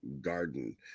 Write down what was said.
garden